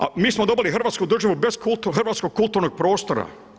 A mi smo dobili Hrvatsku državu, bez hrvatskog kulturnog prostora.